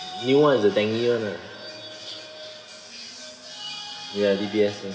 new [one] is the dengue [one] ah ya D_B_S [one]